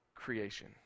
creation